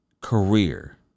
career